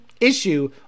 issue